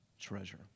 treasure